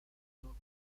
peto